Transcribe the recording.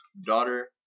daughter